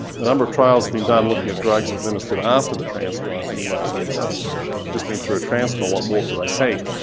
the number of trials being done looking at drugs administered after the transplant and you might say, gosh just been through a transplant. what more could i take?